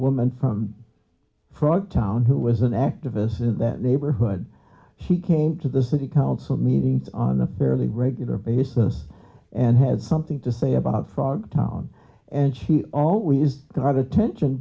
woman from frogtown who was an activist in that neighborhood she came to the city council meetings on a fairly regular basis and had something to say about frogtown and she always got attention